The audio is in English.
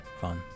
fun